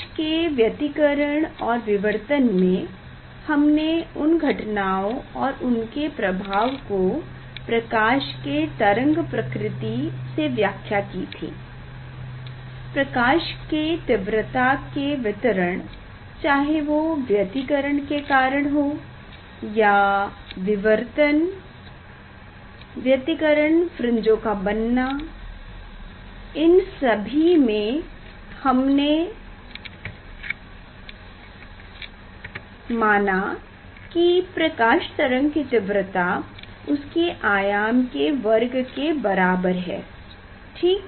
प्रकाश के व्यतिकरण और विवर्तन में हमने उन घटनाओ और उनके प्रभाव को प्रकाश के तरंग प्रकृति से व्याख्या की थी प्रकाश के तीव्रता के वितरण चाहे वो व्यतिकरण के कारण हो या विवर्तन व्यतिकरण फ़्रिंजों का बनाना इन सभी में हमने माना की प्रकाश तरंग की तीव्रता उसके आयाम के वर्ग के बराबर है ठीक